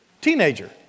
Teenager